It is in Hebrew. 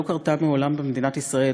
לא קרתה מעולם במדינת ישראל,